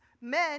men